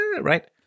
right